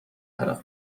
تلف